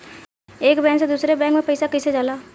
एक बैंक से दूसरे बैंक में कैसे पैसा जाला?